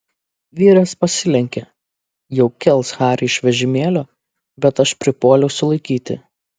vyras pasilenkė jau kels harį iš vežimėlio bet aš pripuoliau sulaikyti